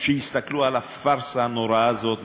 שהסתכלו על הפארסה הנוראה הזו ואמרו: